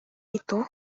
itu